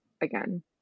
again